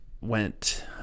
went